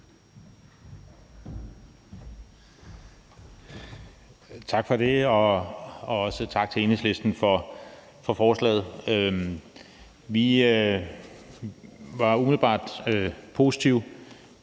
Tak for det, og tak til Enhedslisten for forslaget. Vi var umiddelbart positive,